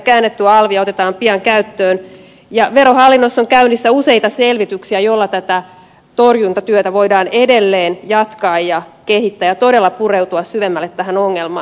käännetty alvi otetaan pian käyttöön ja verohallinnossa on käynnissä useita selvityksiä joilla tätä torjuntatyötä voidaan edelleen jatkaa ja kehittää ja todella pureutua syvemmälle tähän ongelmaan